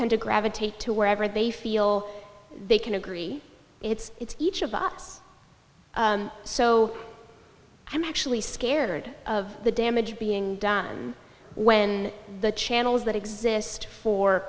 tend to gravitate to wherever they feel they can agree it's each of us so i'm actually scared of the damage being done when the channels that exist for